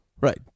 Right